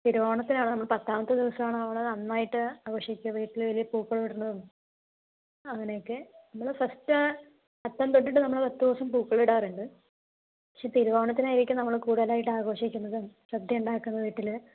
തിരുവോണത്തിനാണ് നമ്മൾ പത്താമത്തെ ദിവസമാണ് നമ്മൾ നന്നായിട്ടു ആഘോഷിക്കുക വീട്ടിൽ വലിയ പൂക്കളം ഇടുന്നതും അങ്ങനെയൊക്കെ നമ്മൾ ഫസ്റ്റ് അത്തം തൊട്ടിട്ടു നമ്മൾ പത്തു ദിവസം പൂക്കളം ഇടാറുണ്ട് പക്ഷെ തിരുവോണത്തിനായിരിക്കും നമ്മൾ കുടുതലായിട്ടു ആഘോഷിക്കുന്നതും സദ്യയുണ്ടാക്കുന്നത് വീട്ടില്